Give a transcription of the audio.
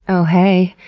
oh hey.